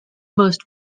most